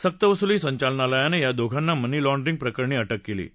सक्तवसुली संचालनालयानं या दोघांना मनी लाँडरिंग प्रकरणी अटक केली आहे